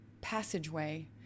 passageway